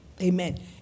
Amen